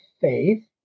faith